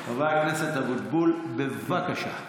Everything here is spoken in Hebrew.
הכנסת אבוטבול, בבקשה.